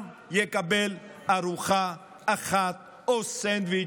יקבלו ארוחה אחת או סנדוויץ',